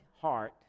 heart